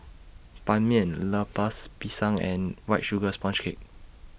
Ban Mian Lempers Pisang and White Sugar Sponge Cake